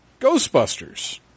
Ghostbusters